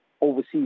overseas